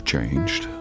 changed